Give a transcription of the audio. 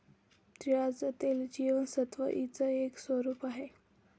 तिळाचं तेल जीवनसत्व ई च एक स्वरूप आहे